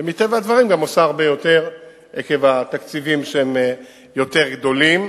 ומטבע הדברים גם עושה הרבה עקב התקציבים שהם יותר גדולים.